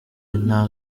nta